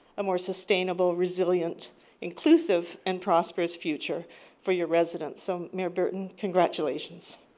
a more sustainable resilient inclusive and prosperous future for your residents. so mayor burton, congratulations.